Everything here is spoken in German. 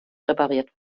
repariert